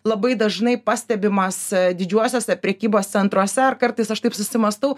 labai dažnai pastebimas didžiuosiuose prekybos centruose ar kartais aš taip susimąstau